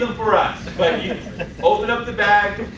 um for us. but open up the bag,